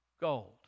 gold